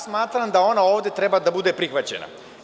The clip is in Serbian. Smatram da ona ovde treba da bude prihvaćena.